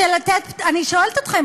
אני שואלת אתכם,